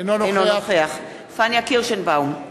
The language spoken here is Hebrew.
אינו נוכח פניה קירשנבאום,